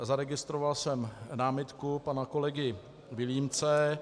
Zaregistroval jsem námitku pana kolegy Vilímce.